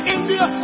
India